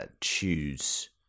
choose